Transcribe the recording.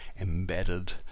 embedded